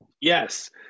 yes